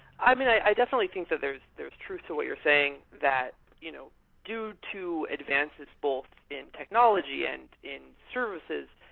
i definitely think that there's there's truth to what you're saying that you know due to advancements both in technology and in services,